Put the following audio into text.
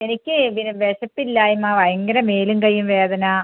എനിക്ക് പിന്നെ വിശപ്പില്ലായ്മ ഭയങ്കര മേലും കയ്യും വേദന